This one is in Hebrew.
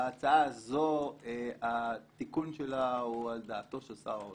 ההצעה הזו התיקון שלה הוא על דעתו של שר האוצר.